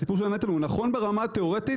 הסיפור של הנטל הוא נכון ברמה התיאורטית,